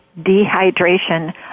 dehydration